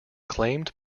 claimed